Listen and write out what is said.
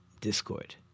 discord